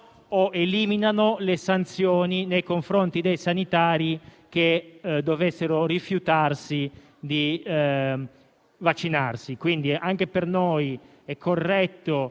o eliminano le sanzioni nei confronti dei sanitari che dovessero rifiutare di vaccinarsi. Anche per noi è corretto